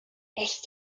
echt